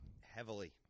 heavily